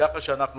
כתוב בסעיף 4